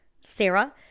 Sarah